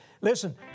Listen